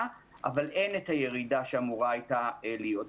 אבל אין את הירידה שאמורה היתה להיות.